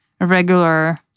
regular